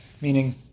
Meaning